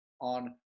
on